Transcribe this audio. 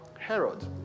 Herod